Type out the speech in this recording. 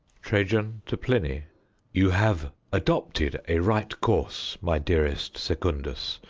trajan to pliny you have adopted a right course, my dearest secundus,